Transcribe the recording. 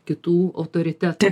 kitų autoritetų